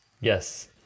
Yes